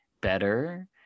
better